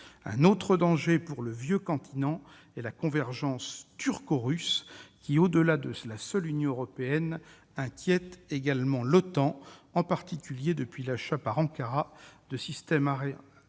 Un autre danger pour le vieux continent est la convergence turco-russe qui, au-delà de la seule Union européenne, inquiète également l'OTAN, en particulier depuis l'achat par Ankara de systèmes antiaériens